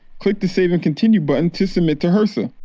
click the save and continue button to submit to hrsa.